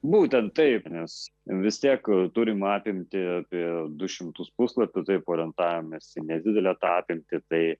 būtent taip nes vis tiek turim apimtį apie du šimtus puslapių taip orientavomės į nedidelę tą apimtį tai